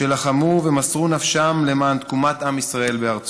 שלחמו ומסרו את נפשם למען תקומת עם ישראל בארצו.